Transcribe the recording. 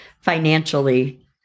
financially